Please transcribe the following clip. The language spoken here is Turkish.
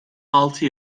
altı